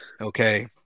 okay